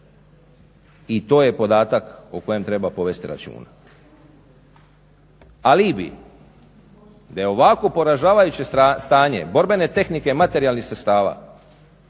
i to je podatak o kojem treba povesti računa. Alibi da je ovako poražavajuće stanje borbene tehnike i materijalnih sredstava